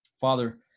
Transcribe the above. Father